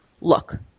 look